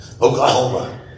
Oklahoma